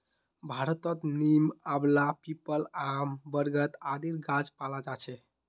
भारतत नीम, आंवला, पीपल, आम, बरगद आदिर गाछ पाल जा छेक